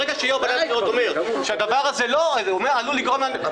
ברגע שיושב-ראש ועדת הבחירות אומר שהדבר הזה עלול לגרום לאנדרלמוסיה,